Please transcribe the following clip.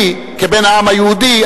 אני כבן העם היהודי,